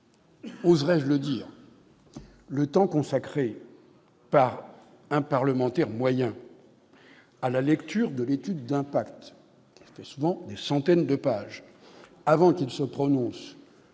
Oserais-je dire que le temps consacré par un parlementaire moyen à la lecture de l'étude d'impact, qui représente souvent des centaines de pages, avant qu'il ne se prononce